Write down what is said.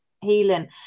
healing